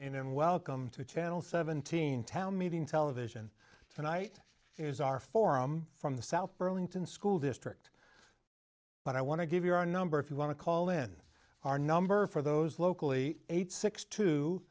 and welcome to a channel seventeen town meeting television tonight is our forum from the south burlington school district but i want to give you our number if you want to call in our number for those locally eight six t